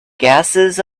gases